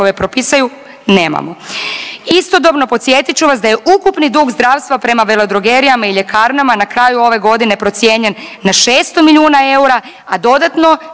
propisuju? Nemamo. Istodobno podsjetit ću vas da je ukupni dug zdravstva prema veledrogerijama i ljekarnama na kraju ove godine procijenjen na 600 milijuna eura, a dodatno